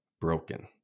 broken